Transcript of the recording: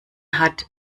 hat